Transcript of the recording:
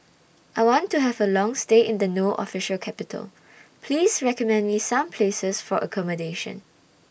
I want to Have A Long stay in The No Official Capital Please recommend Me Some Places For accommodation